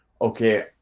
okay